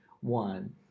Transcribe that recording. one